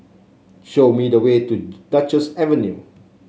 show me the way to Duchess Avenue